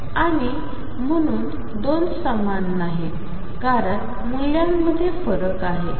आणि म्हणून दोन समान नाहीत कारण मूल्यांमध्ये फरक आहे